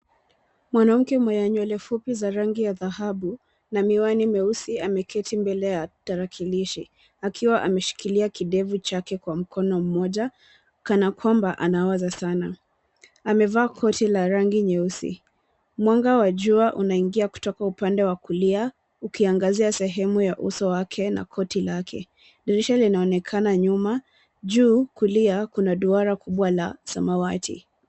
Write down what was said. Mwanamke mwenye nywele fupi za rangi ya dhahabu na miwani meusi ameketi mbele ya tarakilishi akiwa ameshikilia kidevu chake kwa mkono mmoja kana kwamba anawaza sana. Amevaa koti la rangi nyeusi. Mwanga wa jua unaingia kutoka upande wa kulia ukiangazia sehemu ya uso wake na koti lake. Dirisha linaonekana nyuma. Juu kulia kuna duara kubwa la samawati.